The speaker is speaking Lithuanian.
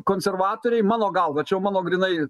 konservatoriai mano galva čia jau mano grynai